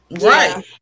Right